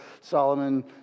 Solomon